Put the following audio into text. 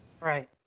right